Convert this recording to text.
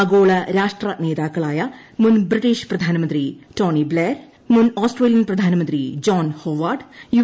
ആഗോള രാഷ്ട്രനേതാക്കളായ മുൻ ബ്രിട്ടീഷ് പ്രധാനമന്ത്രി ടോണി ബ്ലെയർ മുൻ ഓസ്ട്രേലിയൻ പ്രധാനമന്ത്രി ജോൺ ഹോവാർഡ് യു